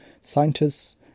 scientists